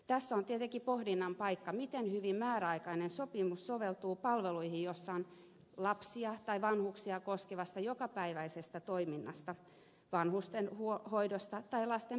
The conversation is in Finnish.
tässä on tietenkin pohdinnan paikka miten hyvin määräaikainen sopimus soveltuu palveluihin joissa on kyse lapsia tai vanhuksia koskevasta jokapäiväisestä toiminnasta vanhustenhoidosta tai lasten päivähoidosta